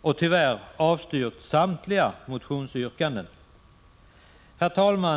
och, tyvärr, avstyrkt samtliga motionsyrkanden. Herr talman!